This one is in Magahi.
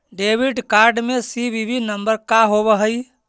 डेबिट कार्ड में सी.वी.वी नंबर का होव हइ?